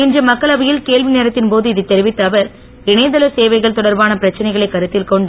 இன்று மக்களவையில் கேள்விநேரத்தின் போது இதைத் தெரிவித்த அவர் இணையதள சேவைகள் தொடர்பான பிரச்சனைகளைக் கருத்தில்கொண்டு